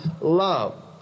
love